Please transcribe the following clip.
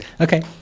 Okay